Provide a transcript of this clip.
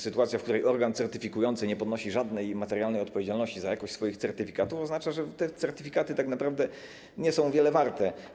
Sytuacja, w której organ certyfikujący nie ponosi żadnej materialnej odpowiedzialności za jakość swoich certyfikatów, oznacza, że te certyfikaty tak naprawdę nie są wiele warte.